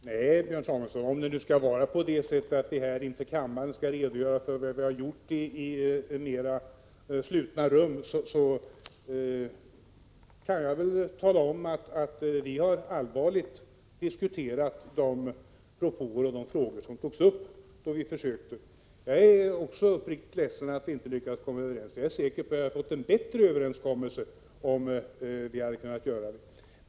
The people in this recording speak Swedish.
Herr talman! Ja, Björn Samuelson, om det skall vara på det sättet att vi här inför kammaren skall redogöra för vad vi har gjort i mera slutna rum, så kan jag väl tala om att vi allvarligt diskuterade de propåer och de frågor som togs upp då vi sökte finna en lösning. Jag är också uppriktigt ledsen att vi inte lyckades komma överens. Jag är säker på att vi hade fått en bättre överenskommelse, om vi hade kunnat göra det.